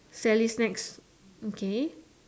Sally's snacks okay